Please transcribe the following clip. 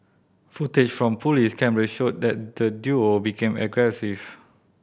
footage from police cameras showed that the duo became aggressive